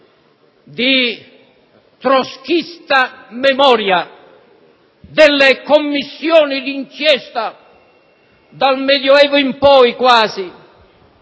di trotzkista memoria delle commissioni d'inchiesta, dal medioevo in poi quasi,